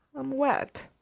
i'm wet,